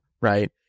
right